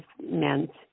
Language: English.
meant